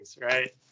right